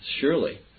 surely